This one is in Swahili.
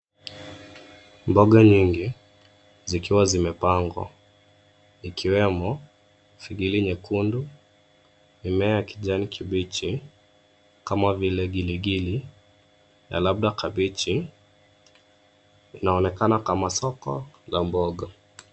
Mboga nyingi zikiwa zimepangwa. Ikiwemo figili nyekundu, mimea ya kijani kibichi kama vile giligili na labda kabichi. Inaonekana kama soko la mboga.